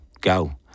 Go